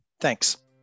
Thanks